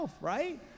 right